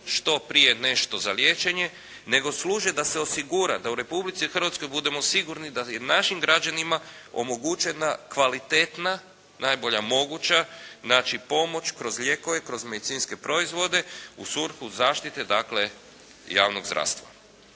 što prije nešto za liječenje, nego služe da se osigura da u Republici Hrvatskoj budemo sigurni da je našim građanima omogućena kvalitetna, najbolja moguća znači pomoć kroz lijekove, kroz medicinske proizvode u svrhu zaštite dakle javnog zdravstva.